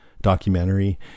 documentary